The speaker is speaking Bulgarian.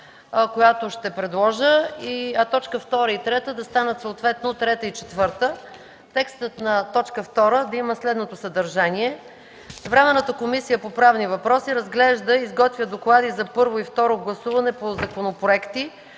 която ще предложа, а точки 2 и 3 да станат съответно трета и четвърта. Текстът на т. 2 да има следното съдържание: „2. Временната комисия по правни въпроси разглежда и изготвя доклади за първо и второ гласуване по законопроекти,